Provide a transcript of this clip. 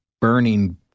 burning